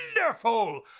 Wonderful